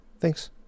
Thanks